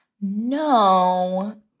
No